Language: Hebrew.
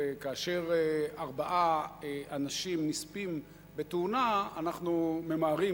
וכאשר ארבעה אנשים נספים בתאונה אנחנו ממהרים,